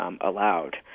allowed